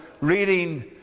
reading